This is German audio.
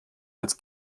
als